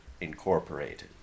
Incorporated